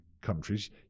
countries